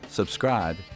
subscribe